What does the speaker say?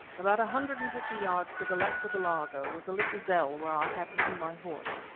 about a hundred and fifty yards to the left of the laager was a little dell where i had hidden my horse,